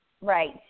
Right